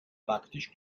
praktisch